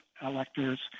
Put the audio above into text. electors